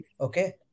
okay